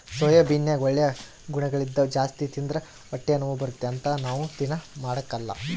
ಸೋಯಾಬೀನ್ನಗ ಒಳ್ಳೆ ಗುಣಗಳಿದ್ದವ ಜಾಸ್ತಿ ತಿಂದ್ರ ಹೊಟ್ಟೆನೋವು ಬರುತ್ತೆ ಅಂತ ನಾವು ದೀನಾ ಮಾಡಕಲ್ಲ